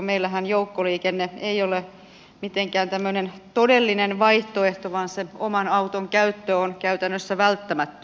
meillähän joukkoliikenne ei ole mitenkään tämmöinen todellinen vaihtoehto vaan oman auton käyttö on käytännössä välttämättä